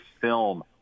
film